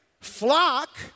flock